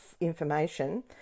information